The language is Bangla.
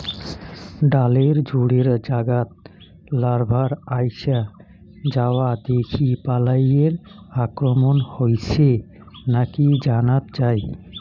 ডালের জোড়ের জাগাত লার্ভার আইসা যাওয়া দেখি বালাইয়ের আক্রমণ হইছে নাকি জানাত যাই